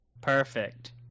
Perfect